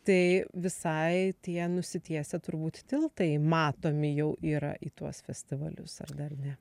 tai visai tie nusitiesę turbūt tiltai matomi jau yra į tuos festivalius ar dar ne